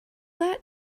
that